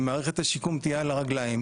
אם מערכת השיקום תהיה על הרגליים,